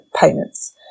payments